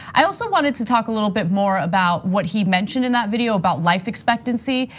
i also wanted to talk a little bit more about what he mentioned in that video about life expectancy,